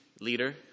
leader